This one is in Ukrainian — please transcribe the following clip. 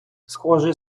схоже